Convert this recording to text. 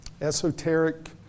esoteric